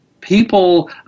people